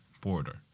border